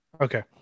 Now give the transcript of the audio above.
Okay